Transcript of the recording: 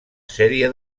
sèrie